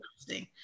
interesting